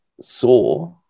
saw